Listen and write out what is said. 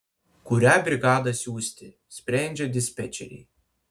kurią brigadą siųsti sprendžia dispečeriai